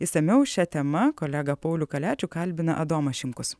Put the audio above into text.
išsamiau šia tema kolegą paulių kaliačių kalbina adomas šimkus